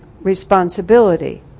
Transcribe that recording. responsibility